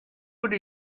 would